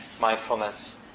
mindfulness